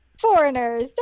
Foreigners